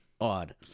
Odd